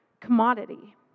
commodity